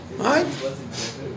Right